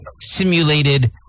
simulated